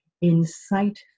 incite